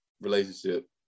relationship